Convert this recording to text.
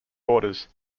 borders